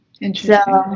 Interesting